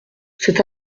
cet